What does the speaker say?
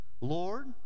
Lord